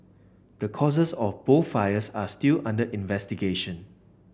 the causes of both fires are still under investigation